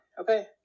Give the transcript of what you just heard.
Okay